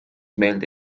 meelde